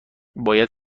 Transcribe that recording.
باید